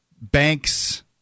banks